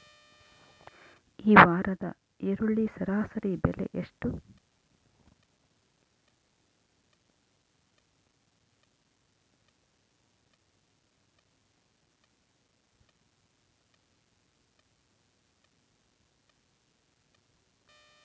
ಈ ವಾರದ ಈರುಳ್ಳಿ ಸರಾಸರಿ ಬೆಲೆ ಎಷ್ಟು?